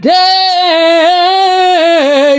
day